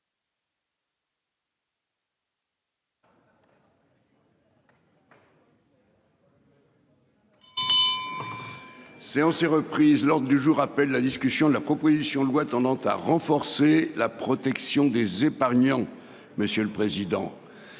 en est reprise lors du jour appelle la discussion de la proposition de loi tendant à renforcer la protection des épargnants. Monsieur le président.